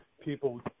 people